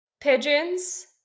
Pigeons